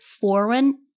foreign